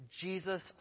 Jesus